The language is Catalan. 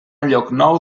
llocnou